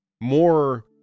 more